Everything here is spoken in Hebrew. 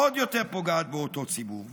עוד יותר פוגע באותו ציבור.